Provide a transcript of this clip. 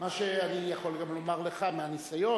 מה שאני יכול גם לומר לך מהניסיון,